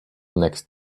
next